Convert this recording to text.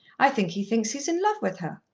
i think he thinks he is in love with her.